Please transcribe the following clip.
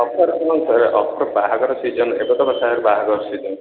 offer କ'ଣ ସାରେ offer ବାହାଘର ସିଜନ୍ରେ ଏବେ ତ ବାହାଘର ସିଜନ୍